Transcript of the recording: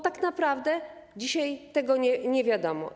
Tak naprawdę dzisiaj tego nie wiadomo.